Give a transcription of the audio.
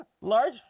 large